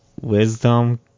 Wisdom